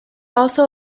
also